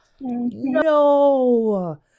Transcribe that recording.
No